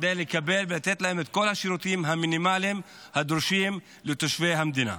כדי לתת להם את כל השירותים המינימליים הדרושים לתושבי המדינה.